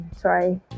sorry